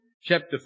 chapter